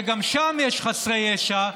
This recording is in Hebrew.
שגם שם יש חסרי ישע,